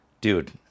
Dude